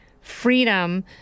freedom